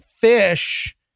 fish